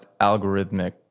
algorithmic